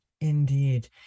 Indeed